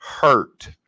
hurt